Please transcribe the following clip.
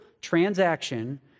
transaction